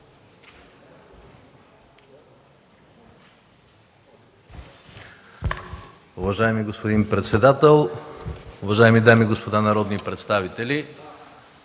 Уважаеми господин председател, уважаеми дами и господа народни представители!